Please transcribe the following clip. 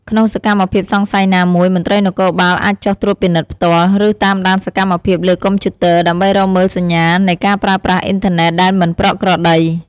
ក្នុងសកម្មភាពសង្ស័យណាមួយ មន្ត្រីនគរបាលអាចចុះត្រួតពិនិត្យផ្ទាល់ ឬតាមដានសកម្មភាពលើកុំព្យូទ័រ ដើម្បីរកមើលសញ្ញានៃការប្រើប្រាស់អ៊ីនធឺណិតដែលមិនប្រក្រតី។